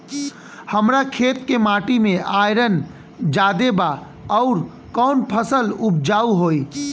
हमरा खेत के माटी मे आयरन जादे बा आउर कौन फसल उपजाऊ होइ?